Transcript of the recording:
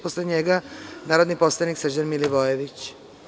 Posle njega narodni poslanik Srđan Milivojević.